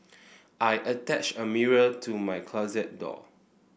I attached a mirror to my closet door